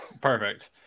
Perfect